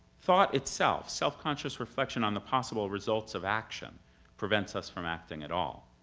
thought itself self-conscious reflection on the possible results of action prevents us from acting at all.